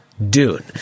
Dune